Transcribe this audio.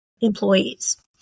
employees